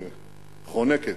שחונקת,